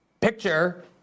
picture